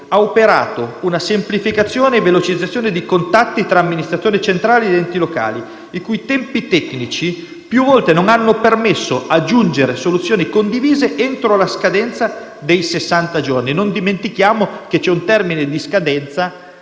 ha operato una semplificazione e velocizzazione dei contatti tra amministratori centrali ed enti locali, i cui tempi tecnici più volte non hanno permesso di giungere a soluzioni condivise entro la scadenza dei sessanta giorni. Non dimentichiamo, infatti, che c'è un termine di scadenza